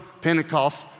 Pentecost